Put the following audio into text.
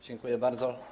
Dziękuję bardzo.